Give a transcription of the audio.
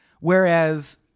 whereas